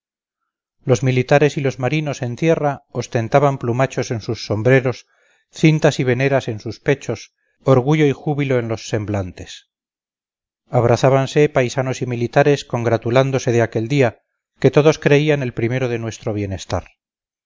los militares y marinos en tierra ostentaban plumachos en sus sombreros cintas y veneras en sus pechos orgullo y júbilo en los semblantes abrazábanse paisanos y militares congratulándose de aquel día que todos creían el primero de nuestro bienestar